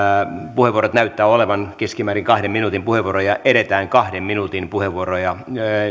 puheenvuorot näyttävät olevan keskimäärin kahden minuutin puheenvuoroja edetään kahden minuutin puheenvuoroilla